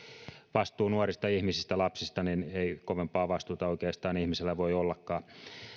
vastuu nuorista ihmisistä lapsista ei oikeastaan kovempaa vastuuta ihmisellä voi ollakaan